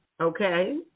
Okay